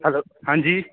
hello आं जी